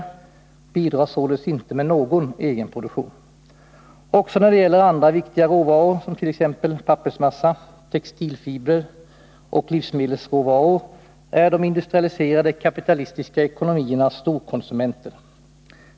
De bidrar således inte med någon egen produktion. Också när det gäller andra viktiga råvaror, t.ex. pappersmassa, textilfibrer och livsmedelsråvaror, är de industrialiserade, kapitalistiska ekonomierna storkonsumenter.